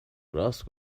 راست